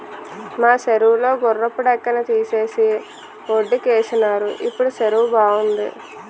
మా సెరువు లో గుర్రపు డెక్కని తీసేసి వొడ్డుకేసినారు ఇప్పుడు సెరువు బావుంది